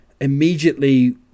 immediately